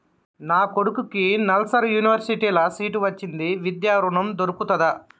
నా కొడుకుకి నల్సార్ యూనివర్సిటీ ల సీట్ వచ్చింది విద్య ఋణం దొర్కుతదా?